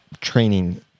training